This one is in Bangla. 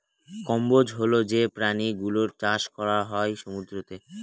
কম্বোজ হল যে প্রাণী গুলোর চাষ করা হয় সমুদ্রতে